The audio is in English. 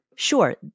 Sure